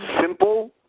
simple